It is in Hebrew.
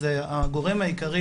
אז הגורם העיקרי,